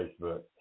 Facebook